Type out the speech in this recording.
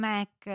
Mac